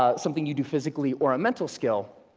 ah something you do physically or a mental skill,